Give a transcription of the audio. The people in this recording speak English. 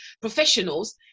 professionals